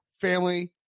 family